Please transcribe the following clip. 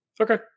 okay